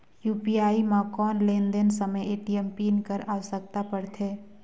UPI म कौन लेन देन समय ए.टी.एम पिन कर आवश्यकता पड़थे?